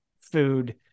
food